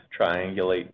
triangulate